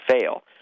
fail